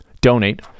Donate